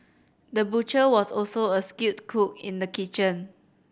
the butcher was also a skilled cook in the kitchen